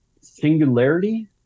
singularity